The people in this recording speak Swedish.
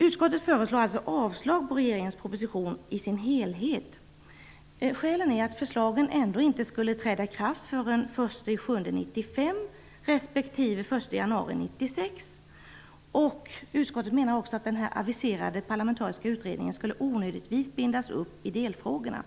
Utskottet föreslår alltså avslag på regeringens proposition i sin helhet. Skälet är att förslagen ändå inte skulle träda i kraft förrän den 1 juli 1995 respektive den 1 januari 1996. Utskottet menar att den aviserade parlamentariska utredningen onödigtvis skulle bindas upp i delfrågorna.